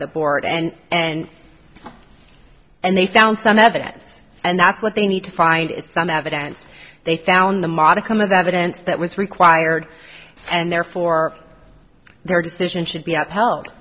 the board and and and they found some evidence and that's what they need to find is some evidence they found a modicum of the evidence that was required and therefore their decision should be